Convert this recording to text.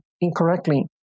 incorrectly